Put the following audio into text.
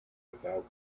without